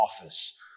office